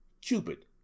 Cupid